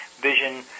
vision